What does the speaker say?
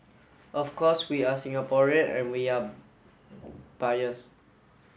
of course we are Singaporean and we are biased